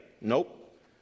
Nope